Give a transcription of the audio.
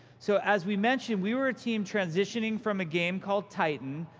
so as we mentioned, we were a team transitioning from a game called titan,